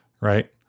right